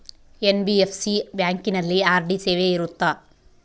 NBFC ಬ್ಯಾಂಕಿನಲ್ಲಿ RD ಸೇವೆ ಇರುತ್ತಾ?